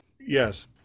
yes